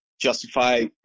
justify